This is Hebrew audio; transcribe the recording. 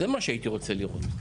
זה מה שהייתי רוצה לראות.